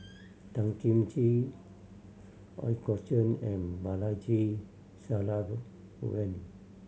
Tan Kim Ching Ooi Kok Chuen and Balaji Sadasivan